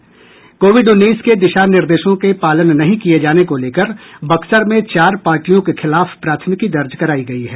Covid उन्नीस के दिशा निर्देशों के पालन नहीं किये जाने को लेकर बक्सर में चार पार्टियों के खिलाफ प्राथमिकी दर्ज करायी गयी है